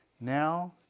Now